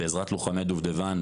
בעזרת לוחמי דובדבן,